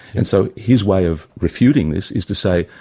and so his way of refuting this is to say,